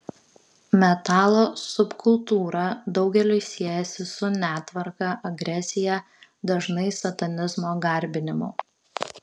metalo subkultūra daugeliui siejasi su netvarka agresija dažnai satanizmo garbinimu